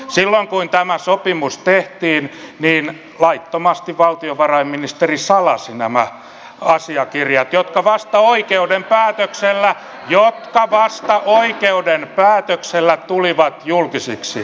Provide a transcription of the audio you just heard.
silloin kun tämä sopimus tehtiin niin laittomasti valtiovarainministeri salasi nämä asiakirjat jotka vasta oikeuden päätöksellä jotka vasta oikeuden päätöksellä tulivat julkisiksi